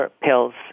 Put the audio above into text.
pills